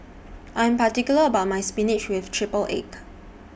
I'm particular about My Spinach with Triple Egg